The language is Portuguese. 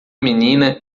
menina